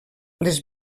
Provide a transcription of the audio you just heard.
les